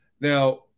Now